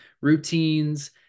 routines